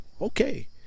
okay